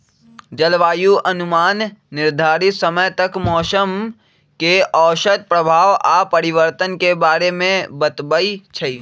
जलवायु अनुमान निर्धारित समय तक मौसम के औसत प्रभाव आऽ परिवर्तन के बारे में बतबइ छइ